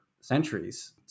centuries